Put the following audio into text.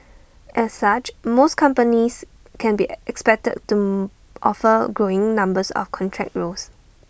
as such most companies can be expected to offer growing numbers of contract roles